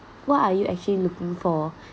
what are you actually looking for